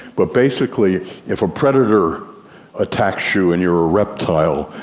but basically if a predator attacks you and you're a reptile,